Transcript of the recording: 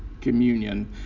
communion